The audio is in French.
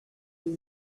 les